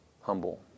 humble